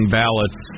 ballots